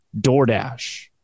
DoorDash